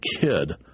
kid